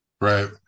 Right